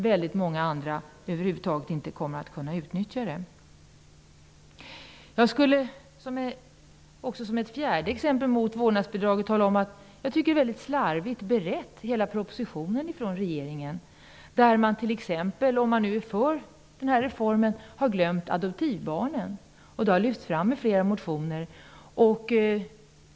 Väldigt många andra kommer över huvud taget inte att kunna utnytta den. Som ett fjärde exempel mot vårdnadsbidraget skulle jag kunna tala om att jag tycker att hela propositionen är väldigt slarvigt beredd av regeringen. När man nu är för reformen, har man t.ex. glömt adoptivbarnen, vilket har lyfts fram i flera motioner.